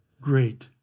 great